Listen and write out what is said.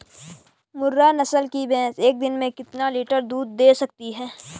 मुर्रा नस्ल की भैंस एक दिन में कितना लीटर दूध दें सकती है?